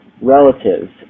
relatives